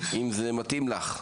אם זה מתאים לך.